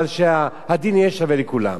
אבל שהדין יהיה שווה לכולם.